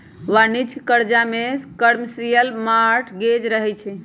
वाणिज्यिक करजा में कमर्शियल मॉर्टगेज रहै छइ